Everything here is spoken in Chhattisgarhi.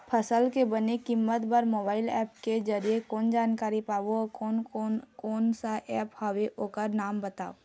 फसल के बने कीमत बर मोबाइल ऐप के जरिए कैसे जानकारी पाबो अउ कोन कौन कोन सा ऐप हवे ओकर नाम बताव?